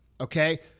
Okay